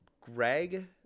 Greg